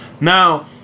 Now